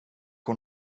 hon